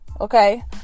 okay